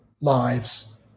lives